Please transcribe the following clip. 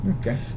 okay